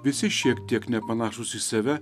visi šiek tiek nepanašūs į save